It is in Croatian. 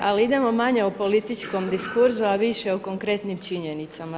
Ali idemo manje u političkom diskursu, a više o konkretnim činjenicama.